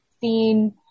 seen